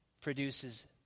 produces